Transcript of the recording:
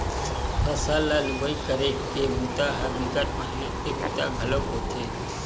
फसल ल लुवई करे के बूता ह बिकट मेहनत के बूता घलोक होथे